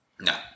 No